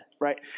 right